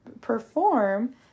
perform